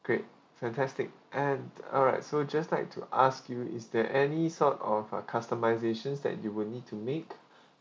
great fantastic and alright so just like to ask you is there any sort of uh customisation that you will need to make